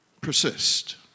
persist